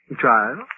Child